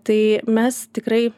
tai mes tikrai